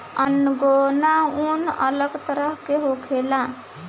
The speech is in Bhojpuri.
अंगोरा ऊन अलग तरह के होखेला